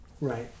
Right